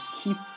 keep